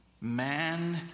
man